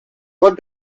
what